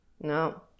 no